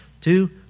two